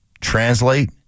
translate